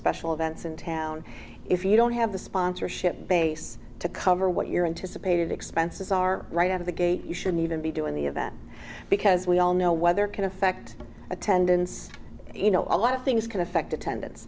special events in town if you don't have the sponsorship base to cover what you're into supported expenses are right out of the gate you shouldn't even be doing the event because we all know weather can affect attendance you know a lot of things can affect attendance